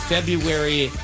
February